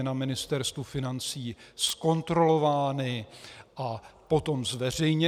na Ministerstvu financí zkontrolovány a potom zveřejněny.